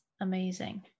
amazing